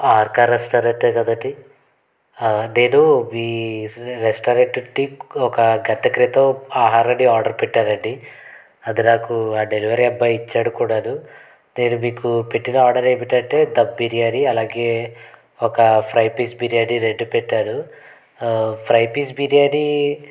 RK రెస్టారెంటే కదండీ నేను మీ రెస్టారెంట్ నుండి ఒక గంట క్రితం ఆహారాన్ని ఆర్డర్ పెట్టానండి అది నాకు ఆ డెలివరీ అబ్బాయి ఇచ్చాడు కూడాను నేను మీకు పెట్టిన ఆర్డర్ ఎమిటంటే దమ్ బిర్యానీ అలాగే ఒక ఫ్రై పీస్ బిర్యానీ రెండు పెట్టాను ఫ్రై పీస్ బిర్యానీ